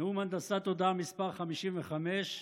נאום הנדסת תודעה מס' 55,